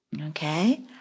Okay